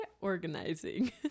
organizing